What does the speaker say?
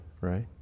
right